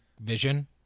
vision